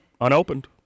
Unopened